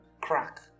crack